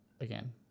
again